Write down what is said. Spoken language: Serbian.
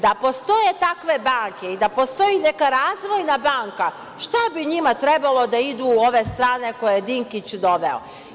Da postoje takve banke i da postoji neka razvojna banka, šta bi njima trebalo da idu u ove strane koje je Dinkić doveo?